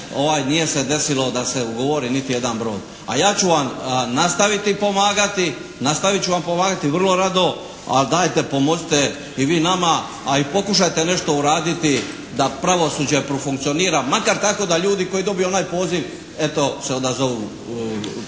nije se desilo da se ugovori niti jedan brod. A ja ću vam nastaviti pomagati, nastaviti ću vam pomagati vrlo rado, ali dajte pomozite i vi nama, a i pokušajte nešto uraditi da pravosuđe profunkcionira makar tako da ljudi koji dobiju onaj poziv eto se odazovu